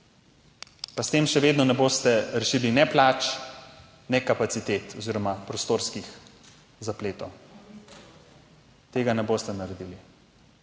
Pa s tem še vedno ne boste rešili ne plač, ne kapacitet oziroma prostorskih zapletov, tega ne boste naredili.